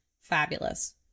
fabulous